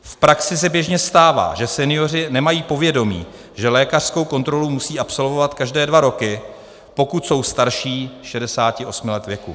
V praxi se běžně stává, že senioři nemají povědomí, že lékařskou kontrolu musí absolvovat každé dva roky, pokud jsou starší 68 let věku.